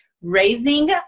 Raising